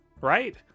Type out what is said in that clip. Right